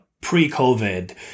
pre-COVID